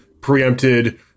preempted